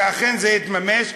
שאכן זה יתממש,